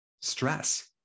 stress